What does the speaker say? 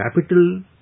capital